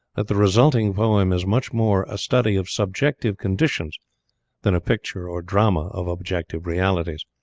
that the resulting poem is much more a study of subjective conditions than a picture or drama of objective realities.